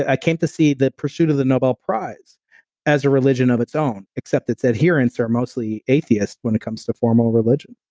i came to see the pursuit of the nobel prize as a religion of its own, except its adherence are mostly atheist when it comes to form of a religion.